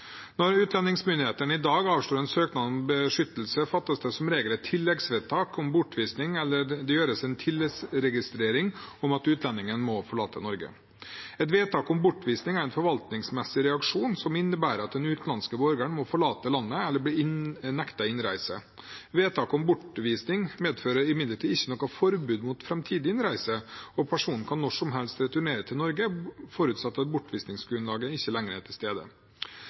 Når utlendingsmyndighetene i dag avslår en søknad om beskyttelse, fattes det som regel et tilleggsvedtak om bortvisning, eller det gjøres en tilleggsregistrering om at utlendingen må forlate Norge. Et vedtak om bortvisning er en forvaltningsmessig reaksjon som innebærer at den utenlandske borgeren må forlate landet, eller bli nektet innreise. Vedtaket om bortvisning medfører imidlertid ikke noe forbud mot framtidig innreise, og personen kan når som helst returnere til Norge forutsatt at bortvisningsgrunnlaget ikke lenger er til stede.